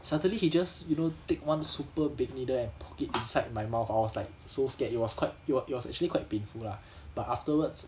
suddenly he just you know take one super big needle and poke it inside my mouth I was like so scared it was quite it was it was actually quite painful lah but afterwards